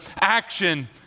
action